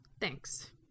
Thanks